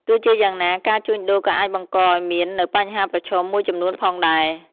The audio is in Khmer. ទោះជាយ៉ាងណា ការជួញដូរក៏អាចបង្កឱ្យមាននៅបញ្ហាប្រឈមមួយចំនួនផងដែរ។